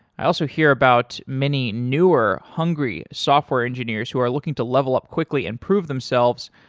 i also hear about many newer hungry software engineers who are looking to level up quickly and prove themselves,